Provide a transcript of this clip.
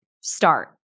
start